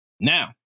Now